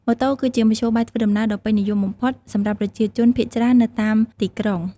ម៉ូតូ គឺជាមធ្យោបាយធ្វើដំណើរដ៏ពេញនិយមបំផុតសម្រាប់ប្រជាជនភាគច្រើននៅតាមទីក្រុង។